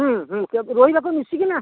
ହୁଁ ହୁଁ ରୋହି ଭାକୁର ମିଶିକିନା